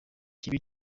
kibe